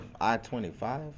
i-25